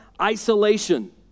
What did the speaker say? isolation